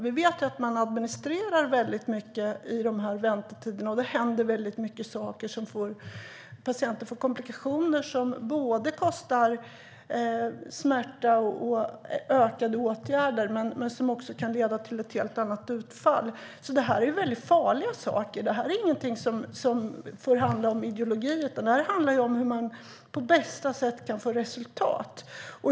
Vi vet att man administrerar mycket under väntetiderna, och det händer att patienter får komplikationer som både kostar smärta och kräver ökade åtgärder, men de kan också leda till ett helt annat utfall av vården. Väntetider är alltså farliga saker. Det här får inte handla om ideologier utan om hur man på bästa sätt kan få resultat.